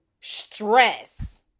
stress